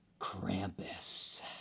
Krampus